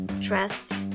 trust